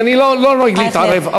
אני לא נוהג להתערב,